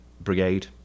brigade